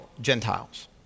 Gentiles